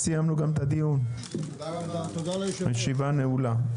תודה רבה לכולם, הישיבה נעולה.